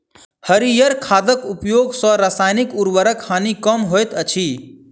हरीयर खादक उपयोग सॅ रासायनिक उर्वरकक हानि कम होइत अछि